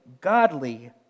godly